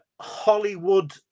Hollywood